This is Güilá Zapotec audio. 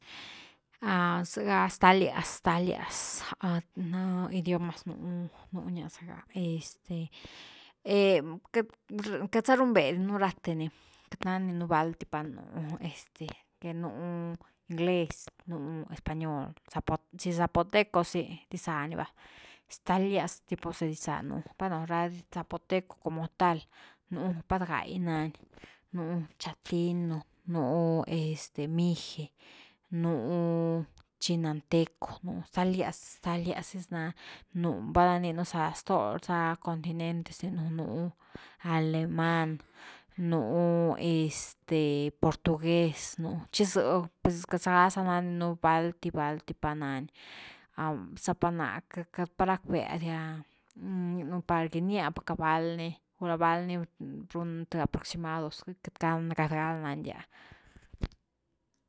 Zega stalias-stalias na idiomas nú-nú nia zacka, este queity-queity za runbe di un rathe ni, queity nandi nú valty pani nú este, que nú ingles, nú español, zapo zii zapoteco zy, diza ni va stalias tipo de diza nú, bueno ra zapoteco como tal, nú pat gai nani, nú chapino, nú este. mixe, nú chinanteco nú, stalias-stalias dis nani, nú valna rininu za stó za continentes ni nú-nú alemán, nú este portuges, mú chi zë, pues queity za ga diza nnanu valty pa’nan, za’pa náh queity pa rack’ve dia rninu par ginia’packa val’n, gulá val’ni runa th aproximados queiga nan’diá,